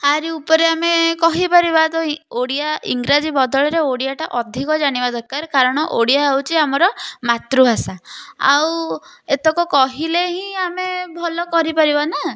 ଆରି ଉପରେ ଆମେ କହିପାରିବା ତ ହିଁ ଓଡ଼ିଆ ଇଂରାଜୀ ବଦଳରେ ଓଡ଼ିଆଟା ଅଧିକ ଜାଣିବା ଦରକାର କାରଣ ଓଡ଼ିଆ ହେଉଚି ଆମର ମାତୃଭାଷା ଆଉ ଏତକ କହିଲେ ହିଁ ଆମେ ଭଲ କରିପାରିବା ନାଁ